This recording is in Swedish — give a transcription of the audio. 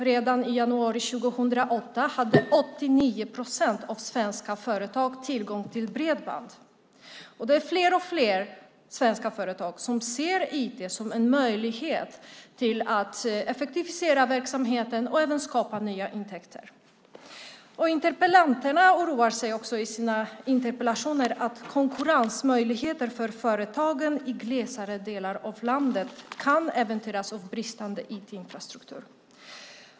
Redan i januari 2008 hade 89 procent av de svenska företagen tillgång till bredband. Allt fler svenska företag ser IT som en möjlighet att effektivisera verksamheten och även skapa nya intäkter. I sina interpellationer oroar sig interpellanterna för att företagens konkurrensmöjligheter i glesare delar av landet kan äventyras genom en bristande infrastruktur.